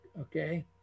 Okay